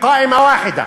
הסברתי.